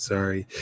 Sorry